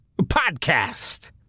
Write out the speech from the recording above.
podcast